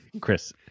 Chris